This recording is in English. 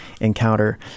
encounter